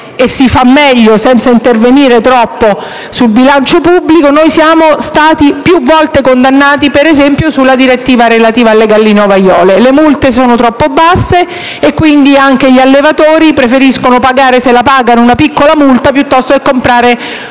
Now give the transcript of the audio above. e meglio senza intervenire troppo sul bilancio pubblico. Noi siamo stati più volte condannati, ad esempio, sulla direttiva relativa alle galline ovaiole: le multe sono troppo basse, e quindi anche gli allevatori preferiscono pagare - se la pagano - una piccola multa, piuttosto che comprare una